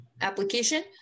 application